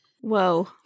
Whoa